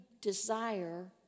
desire